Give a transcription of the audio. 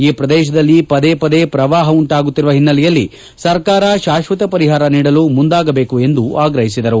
ಈ ಪ್ರದೇಶದಲ್ಲಿ ಪದೇ ಪದೇ ಪ್ರವಾಪ ಉಂಟಾಗುತ್ತಿರುವ ಹಿನ್ನಲೆಯಲ್ಲಿ ಸರ್ಕಾರ ಶಾಶ್ವತ ಪರಿಹಾರ ನೀಡಲು ಮುಂದಾಗದೇಕು ಎಂದು ಆಗ್ರಹಿಸಿದರು